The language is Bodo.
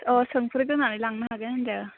अ सोंफैग्रोनानै लांनो हागोन होन्दों